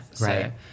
Right